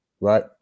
right